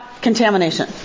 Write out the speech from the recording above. contamination